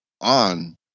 on